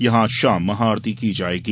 यहां आज शाम महाआरती की जायेगी